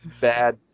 bad